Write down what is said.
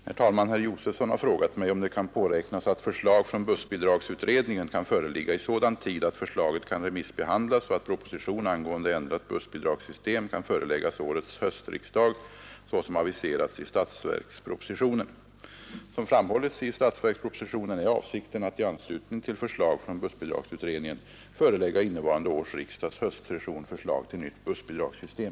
Herr talman! Herr Josefson i Arrie har frågat mig, om det kan påräknas att förslag från bussbidragsutredningen kan föreligga i sådan tid att förslaget kan remissbehandlas och att proposition angående ändrat bussbidragssystem kan föreläggas årets höstriksdag såsom aviserats i statsverkspropositionen. Som framhållits i statsverkspropositionen är avsikten att — i anslutning till förslag från bussbidragsutredningen — förelägga innevarande års riksdags höstsession förslag till nytt bussbidragssystem.